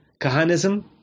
Kahanism